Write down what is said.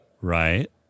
Right